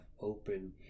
open